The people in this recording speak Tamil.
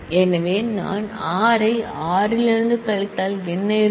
எனவே நான் r ஐ r இலிருந்து கழித்தால் என்ன இருக்கும்